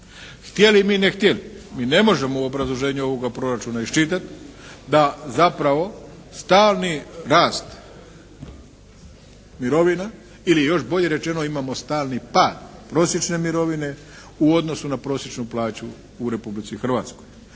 Htjeli mi, ne htjeli mi ne možemo u obrazloženju ovoga Proračuna iščitati da zapravo stalni rast mirovina ili još bolje rečeno imamo stalni pad prosječne mirovine u odnosu na prosječnu plaću u Republici Hrvatskoj.